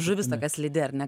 žuvis tokia slidi ar ne